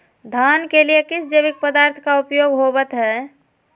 धान के लिए किस जैविक पदार्थ का उपयोग होवत है?